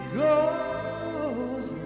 goes